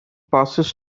passes